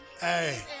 Hey